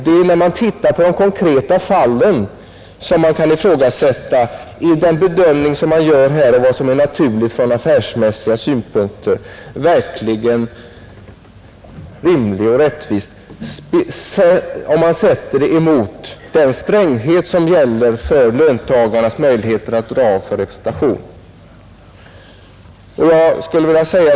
Det är när man tittat på de konkreta fallen som man kan fråga sig: Är den bedömning som man gör här om vad som är naturligt från affärsmässiga synpunkter verkligen rättvis om man sätter dessa fall emot den stränghet som gäller för löntagarnas möjligheter att dra av för levnadskostnader?